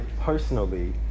personally